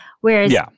Whereas